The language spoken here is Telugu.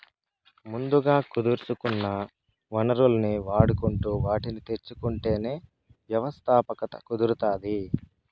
ముందుగా కుదుర్సుకున్న వనరుల్ని వాడుకుంటు వాటిని తెచ్చుకుంటేనే వ్యవస్థాపకత కుదురుతాది